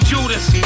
Judas